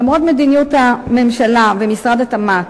למרות מדיניות הממשלה ומשרד התמ"ת,